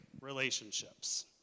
relationships